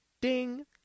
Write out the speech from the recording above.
Ding